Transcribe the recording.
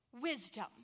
wisdom